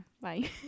Bye